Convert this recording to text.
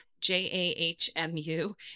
J-A-H-M-U